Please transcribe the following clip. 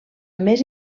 més